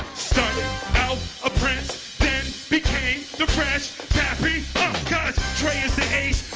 started out a prince then became the fresh papi cause trey is the ace